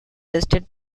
tested